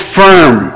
firm